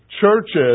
churches